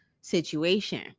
situation